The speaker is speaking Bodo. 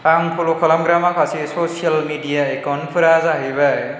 आं फल' खालामग्रा माखासे ससियेल मिडिया एकाउन्टफोरा जाहैबाय